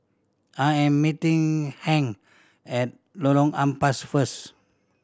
I am meeting Hank at Lorong Ampas first